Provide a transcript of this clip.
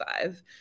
five